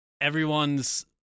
everyone's